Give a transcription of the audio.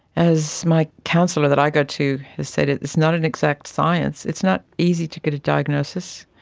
as my counsellor that i go to has said, it's not an exact science, it's not easy to get a diagnosis.